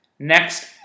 Next